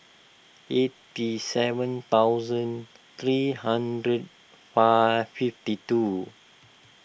eighty seven thousand three hundred five fifty two